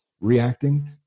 reacting